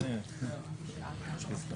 מי בעד?